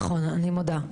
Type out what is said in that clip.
נכון, אני מודה.